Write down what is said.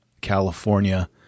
California